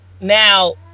Now